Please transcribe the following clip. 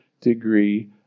degree